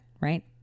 right